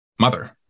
mother